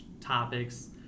topics